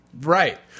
right